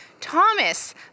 Thomas